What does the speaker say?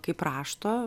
kaip rašto